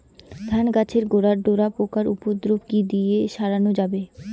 ধান গাছের গোড়ায় ডোরা পোকার উপদ্রব কি দিয়ে সারানো যাবে?